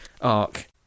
arc